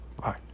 Bye